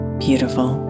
beautiful